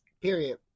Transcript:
Period